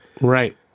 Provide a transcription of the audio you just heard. Right